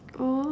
!aww!